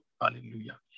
Hallelujah